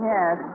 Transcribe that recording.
Yes